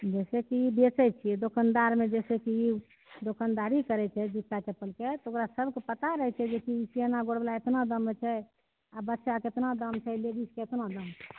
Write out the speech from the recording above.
जैसेकी बेचैत छियै दोकानदारमे जैसेकी दोकानदारी करैत छै जुत्ता चप्पलके तऽ ओकरा सबके पता रहैत छै जेकी ई सिआना गोर बला एतना दाममे छै आ बच्चाके एतना दाम छै लेडीजके एतना दाम छै